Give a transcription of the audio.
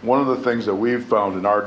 one of the things that we've found in our